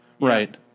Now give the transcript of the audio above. Right